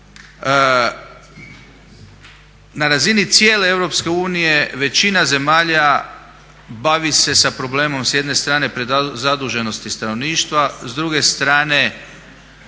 na razini cijele Europske unije većina zemalja bavi se sa problemom s jedne strane prezaduženosti stanovništva, s druge strane